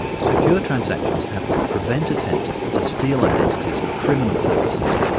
secure transactions have to prevent attempts to steal identities for criminal purposes,